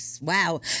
Wow